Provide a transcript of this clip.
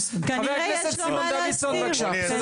חבר הכנסת סימון דוידסון בבקשה.